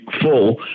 full